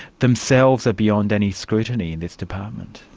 themselves are beyond any scrutiny in this department.